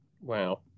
Wow